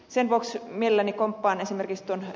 sen vuoksi mielelläni komppaan esimerkiksi ed